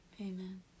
amen